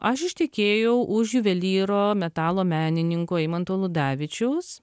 aš ištekėjau už juvelyro metalo menininko eimanto ludavičiaus